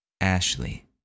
Ashley